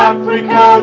Africa